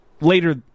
later